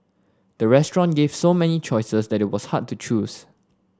the restaurant gave so many choices that it was hard to choose